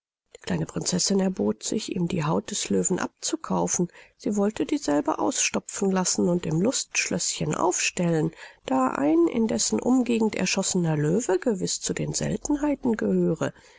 kleine prinzessin erbot sich ihm die haut des löwen abzukaufen sie wollte dieselbe ausstopfen lassen und im lustschlößchen aufstellen da ein in dessen umgegend erschossener löwe gewiß zu den seltenheiten gehöre